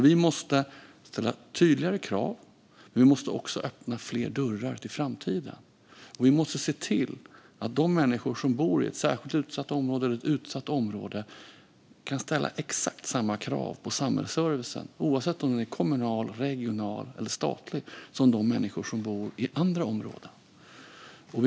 Vi måste alltså ställa tydligare krav. Vi måste också öppna fler dörrar till framtiden. Vi måste se till att människor som bor i ett särskilt utsatt område eller ett utsatt område kan ställa exakt samma krav på samhällsservicen, oavsett om den är kommunal, regional eller statlig, som människor som bor i andra områden kan göra.